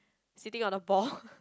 sitting on a ball